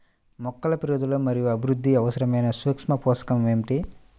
మొక్కల పెరుగుదల మరియు అభివృద్ధికి అవసరమైన సూక్ష్మ పోషకం ఏమిటి?